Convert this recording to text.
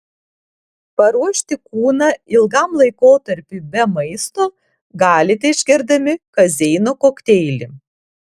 paruošti kūną ilgam laikotarpiui be maisto galite išgerdami kazeino kokteilį